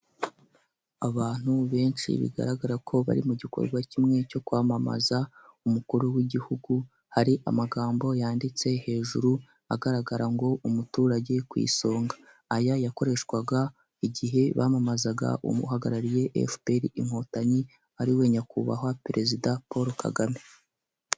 Abantu benshi bigaragara ko bari mu gikorwa kimwe cyo kwamamaza umukuru w'igihugu hari amagambo yanditse hejuru agaragara ngo umuturage ku isonga aya yakoreshwaga igihe bamamazaga uhagarariye FPR inkotanyi ari we nyakubahwa perezida Paul Kagame .